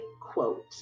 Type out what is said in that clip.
quote